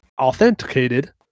Authenticated